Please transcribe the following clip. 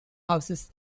houses